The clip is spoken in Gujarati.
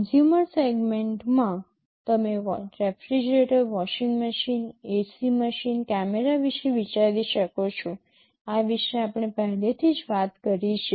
કન્ઝ્યુમર સેગમેન્ટમાં તમે refrigerator washing machine AC machine camera વિશે વિચારી શકો છો આ વિશે આપણે પહેલેથી જ વાત કરી છે